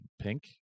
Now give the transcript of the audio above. pink